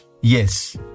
Yes